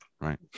right